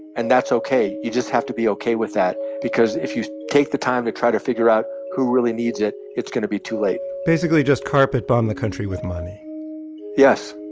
and that's ok. you just have to be ok with that because if you take the time to try to figure out who really needs it, it's going to be too late basically just carpet-bomb the country with money yes